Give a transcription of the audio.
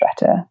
better